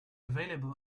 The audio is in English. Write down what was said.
available